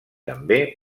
també